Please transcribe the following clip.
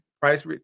Price